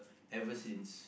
ever since